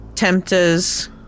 Tempters